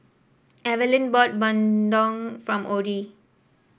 Evaline bought bandung from Orie